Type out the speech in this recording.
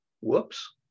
Whoops